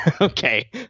Okay